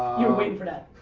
you were waiting for that.